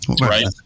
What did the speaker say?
Right